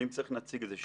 ואם צריך נציג את זה שוב,